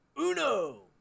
Uno